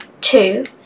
two